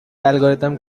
algorithm